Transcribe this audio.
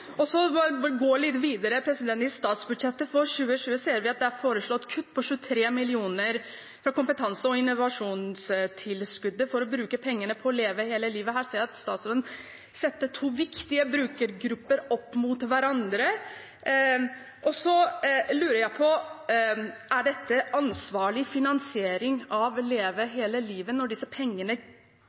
gå litt videre: I statsbudsjettet for 2020 ser vi at det er foreslått kutt på 23 mill. kr i kompetanse- og innovasjonstilskuddet for å bruke pengene på Leve hele livet. Her ser jeg at statsråden setter to viktige brukergrupper opp mot hverandre. Jeg lurer på: Er dette ansvarlig finansiering av Leve hele livet – når disse pengene